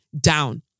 down